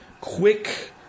quick